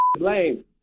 lame